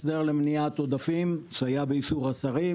הסדר למניעת עודפים שהיה באישור השרים.